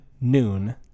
Noon